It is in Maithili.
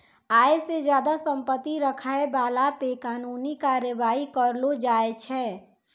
आय से ज्यादा संपत्ति रखै बाला पे कानूनी कारबाइ करलो जाय छै